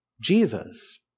Jesus